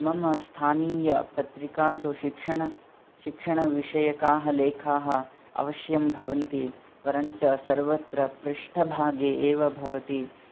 मम स्थानीय पत्रिकासु शिक्षण शिक्षणविषयकाः लेखाः अवश्यं भवन्ति परञ्च सर्वत्र पृष्टभागे एव भवति